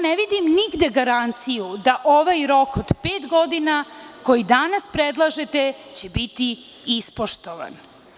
Ne vidim nigde garanciju da ovaj rok od pet godina koji danas predlažete će biti ispoštovan.